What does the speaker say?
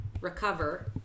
recover